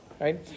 right